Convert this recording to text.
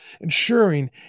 ensuring